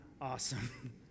awesome